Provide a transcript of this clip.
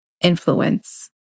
influence